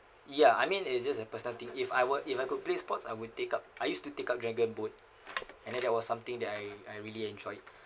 ya I mean it's just a personal thing if I were if I could play sports I will take up I used to take up dragon boat and then that was something that I I really enjoyed it